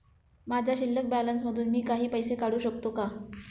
माझ्या शिल्लक बॅलन्स मधून मी काही पैसे काढू शकतो का?